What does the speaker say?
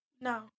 No